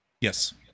Yes